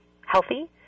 healthy